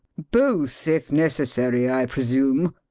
both, if necessary, i presume.